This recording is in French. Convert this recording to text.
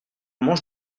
mange